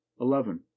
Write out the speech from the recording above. eleven